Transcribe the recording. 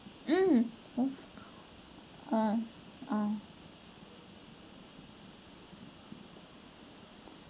um o~ uh uh